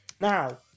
Now